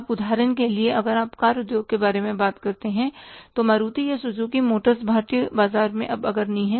अब उदाहरण के लिए अगर आप कार उद्योग के बारे में बात करते हैं तो मारुति या सुजुकी मोटर्स भारतीय बाजार में अब अग्रणी है